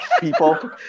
people